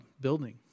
building